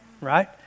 right